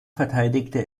verteidigte